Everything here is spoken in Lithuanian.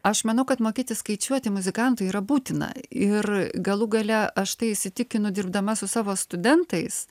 aš manau kad mokėti skaičiuoti muzikantui yra būtina ir galų gale aš tai įsitikinu dirbdama su savo studentais